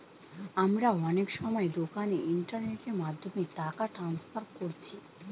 আমরা অনেক সময় দোকানে ইন্টারনেটের মাধ্যমে টাকা ট্রান্সফার কোরছি